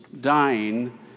dying